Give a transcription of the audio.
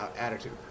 attitude